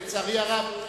לצערי הרב,